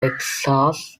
texas